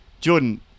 Jordan